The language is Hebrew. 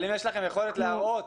אם יש לכם יכולת להראות